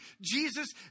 Jesus